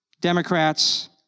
Democrats